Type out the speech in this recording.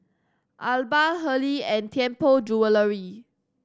Alba Hurley and Tianpo Jewellery